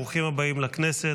ברוכים הבאים לכנסת,